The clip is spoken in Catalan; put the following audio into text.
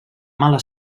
mala